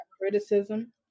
criticism